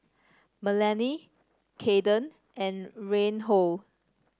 Melany Kaeden and Reinhold